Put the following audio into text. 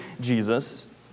Jesus